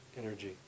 energy